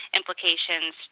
implications